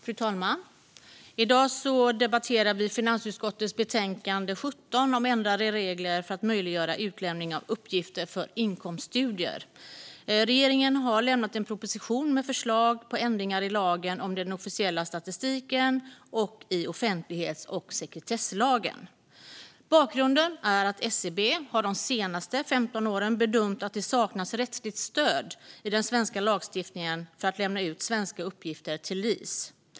Fru talman! I dag debatterar vi finansutskottets betänkande 17 om ändrade regler för att möjliggöra utlämning av uppgifter för inkomststudier. Regeringen har lämnat en proposition med förslag på ändringar i lagen om den officiella statistiken och i offentlighets och sekretesslagen. Bakgrunden är att SCB de senaste 15 åren har bedömt att det saknas rättsligt stöd i den svenska lagstiftningen för att lämna ut svenska uppgifter till LIS.